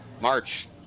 March